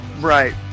right